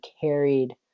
carried